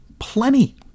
Plenty